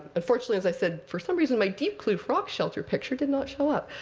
unfortunately, as i said, for some reason my diepkloof rock shelter picture did not show up.